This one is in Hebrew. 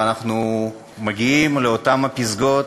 ואנחנו מגיעים לאותן פסגות.